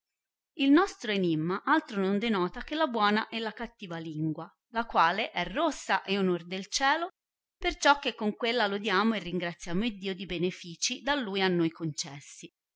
il nostro enimma altro non denota che la buona e cattiva lingua la quale è rossa e onor del cielo perciò che con uella lodiamo e ringraziamo iddio di benefìci da lui a noi concessi